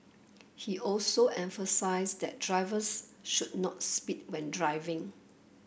he also emphasised that drivers should not speed when driving